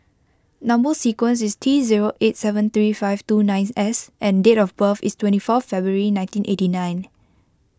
Number Sequence is T zero eight seven three five two nine S and date of birth is twenty four February nineteen eighty nine